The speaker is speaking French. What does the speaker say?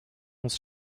onze